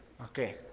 Okay